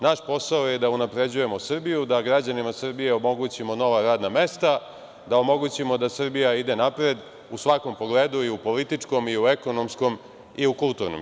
Naš posao je da unapređujemo Srbiju, da građanima Srbije omogućimo nova radna mesta, da omogućimo da Srbija ide napred u svakom pogledu, pa i u političkom, u ekonomskom i u kulturnom.